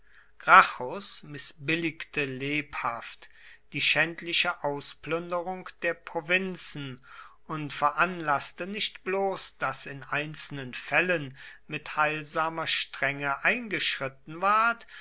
mißbilligte lebhaft die schändliche ausplünderung der provinzen und veranlaßte nicht bloß daß in einzelnen fällen mit heilsamer strenge eingeschritten ward